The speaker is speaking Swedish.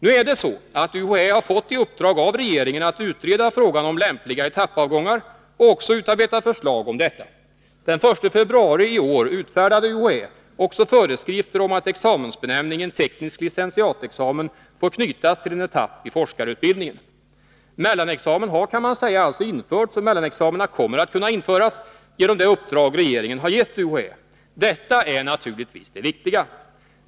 Nu är det så att UHÄ har fått i uppdrag av regeringen att utreda frågan om lämpliga etappavgångar och utarbeta förslag om detta. Den 1 februari i år utfärdade UHÄ också föreskrifter om att examensbenämningen teknisk licentiatexamen får knytas till en etapp i forskarutbildningen. Mellanexamina kommer alltså att kunna införas genom det uppdrag som regeringen har gett UHÄ. Detta är naturligtvis det viktiga.